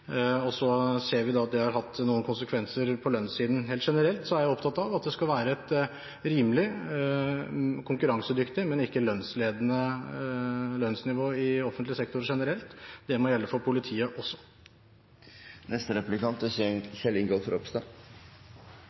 og vi ser at det har hatt noen konsekvenser på lønnssiden. Helt generelt er jeg opptatt av at det skal være et rimelig, konkurransedyktig, men ikke lønnsledende lønnsnivå i offentlig sektor generelt, og det må gjelde for politiet